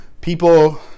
people